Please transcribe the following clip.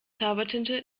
zaubertinte